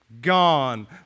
gone